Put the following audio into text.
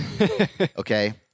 Okay